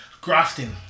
grafting